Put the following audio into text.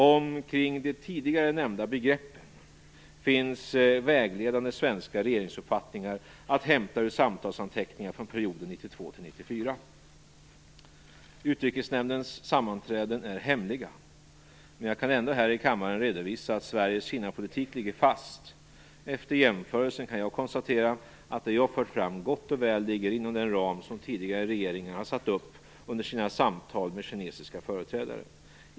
Omkring de tidigare nämnda begreppen finns vägledande svenska regeringsuppfattningar att hämta ur samtalsanteckningar från perioden 1992-1994. Utrikesnämndens sammanträden är hemliga. Men jag kan ändå här i kammaren redovisa att Sveriges Kinapolitik ligger fast. Efter jämförelsen kan jag konstatera att det jag fört fram gott och väl ligger inom den ram som tidigare regeringar har satt upp under sina samtal med kinesiska företrädare.